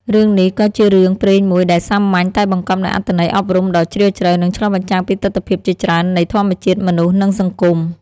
រឿងនេះក៏ជារឿងព្រេងមួយដែលសាមញ្ញតែបង្កប់នូវអត្ថន័យអប់រំដ៏ជ្រាលជ្រៅ និងឆ្លុះបញ្ចាំងពីទិដ្ឋភាពជាច្រើននៃធម្មជាតិមនុស្ស និងសង្គម។